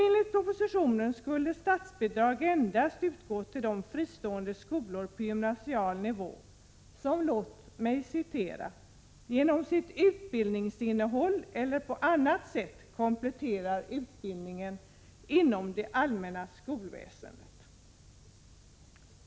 Enligt propositionen skulle statsbidrag endast utgå till de fristående skolor på gymnasial nivå som ”genom sitt utbildningsinnehåll eller på annat sätt kompletterar utbildningen inom det allmänna skolväsendet”.